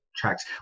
Tracks